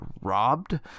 robbed